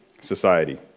society